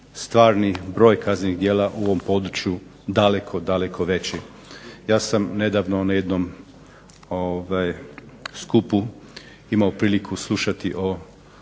stvarni broj kaznenih djela u ovom području daleko, daleko veći. Ja sam nedavno na jednom skupu imao priliku slušati o